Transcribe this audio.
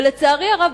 ולצערי הרב,